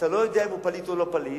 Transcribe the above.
אתה לא יודע אם הוא פליט או לא פליט,